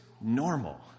normal